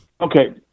Okay